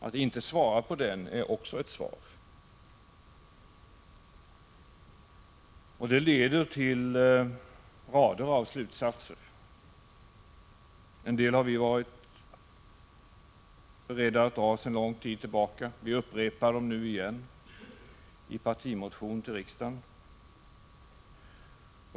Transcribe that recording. Att inte svara på den är också ett svar. Det leder till rader av slutsatser. En del har vi varit beredda att dra sedan lång tid tillbaka. Vi upprepar dem nu igen i en partimotion till riksdagen.